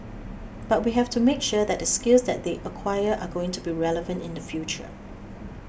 but we have to make sure that the skills that they acquire are going to be relevant in the future